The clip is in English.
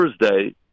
Thursday